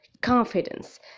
confidence